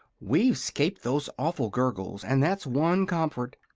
we've scaped those awful gurgles, and that's one comfort!